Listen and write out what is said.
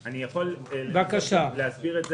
אני יכול להסביר את זה,